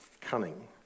cunning